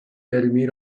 علمی